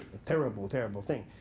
a terrible, terrible thing.